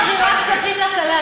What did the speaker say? אני לא מעבירה כספים לקבלנים.